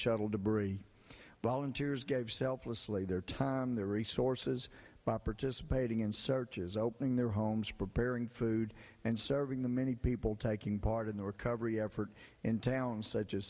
shuttle debris volunteers gave selflessly their time their resources bopper to spading in searches opening their homes preparing food and serving the many people taking part in the recovery effort in towns such as